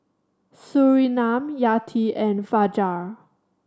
Surinam Yati and Fajar